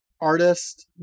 artist